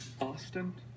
Austin